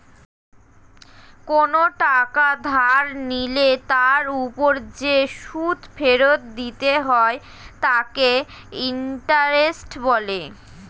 কোনো টাকা ধার নিলে তার উপর যে সুদ ফেরত দিতে হয় তাকে ইন্টারেস্ট বলে